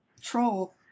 troll